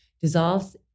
dissolves